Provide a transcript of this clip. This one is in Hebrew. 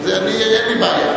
אין לי בעיה.